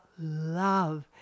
love